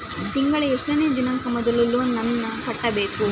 ತಿಂಗಳ ಎಷ್ಟನೇ ದಿನಾಂಕ ಮೊದಲು ಲೋನ್ ನನ್ನ ಕಟ್ಟಬೇಕು?